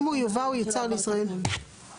אם הוא יובא או יוצר בישראל --- חומר